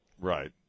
Right